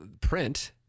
print